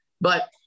but-